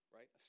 Right